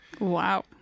Wow